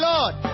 Lord